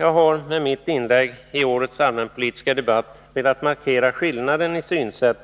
Jag har med mitt inlägg i årets allmänpolitiska debatt velat markera skillnaden i synsätt